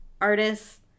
artists